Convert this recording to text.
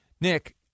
Nick